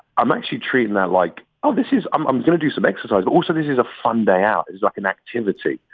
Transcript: i'm actually treating them like, oh this is i'm i'm going to do some exercise. also, this is a fun day. out is like an activity.